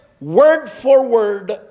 word-for-word